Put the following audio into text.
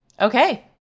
okay